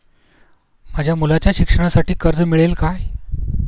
माझ्या मुलाच्या शिक्षणासाठी कर्ज मिळेल काय?